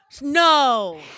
No